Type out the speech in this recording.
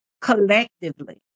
collectively